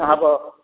ହେବ